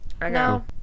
No